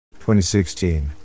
2016